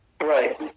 Right